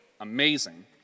amazing